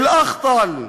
אלאח'טל,